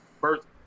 First